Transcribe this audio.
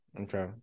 Okay